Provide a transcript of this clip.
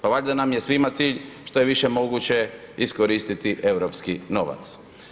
Pa valjda nam je svima cilj što je više moguće iskoristiti eu novac.